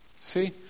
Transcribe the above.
See